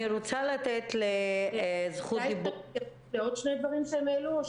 אני רוצה להתייחס לעוד שני דברים שהועלו.